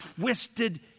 twisted